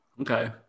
Okay